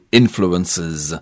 influences